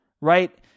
right